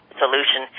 solution